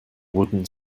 wooden